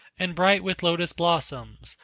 and bright with lotus blossoms,